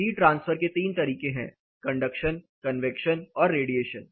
heat transfer के तीन तरीके हैं कंडक्शन कन्वैक्शन और रेडिएशन